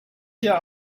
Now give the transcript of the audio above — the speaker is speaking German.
hier